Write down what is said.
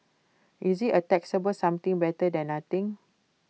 is IT A taxable something better than nothing